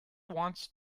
wants